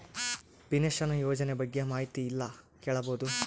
Pension ಯೋಜನ ಬಗ್ಗೆ ಮಾಹಿತಿ ಎಲ್ಲ ಕೇಳಬಹುದು?